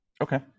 Okay